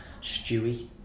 Stewie